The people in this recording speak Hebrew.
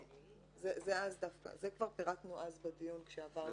זה כבר פירטנו אז בדיון כשעברנו על הסעיף.